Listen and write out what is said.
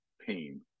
pain